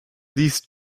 these